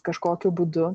kažkokiu būdu